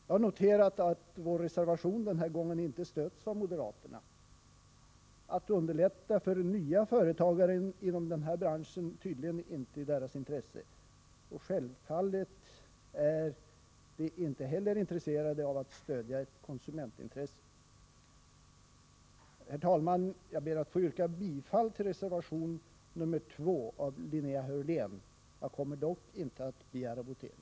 Jag har noterat att vår reservation den här gången inte stöds av moderaterna. Att underlätta för nya företagare inom denna bransch är tydligen inte i deras intresse, och självfallet är de inte heller intresserade av att stödja ett konsumentintresse. Herr talman! Jag yrkar bifall till reservation nr 2 av Linnea Hörlén. Jag kommer dock inte att begära votering.